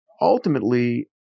ultimately